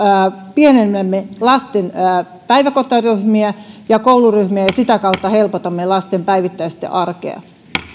pienennämme lasten päiväkotiryhmiä ja kouluryhmiä ja sitä kautta helpotamme lasten päivittäistä arkea